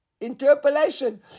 Interpolation